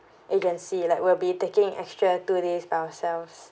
agency like we'll be taking extra two days by ourselves